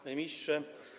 Panie Ministrze!